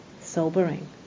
sobering